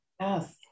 yes